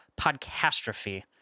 Podcastrophe